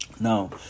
Now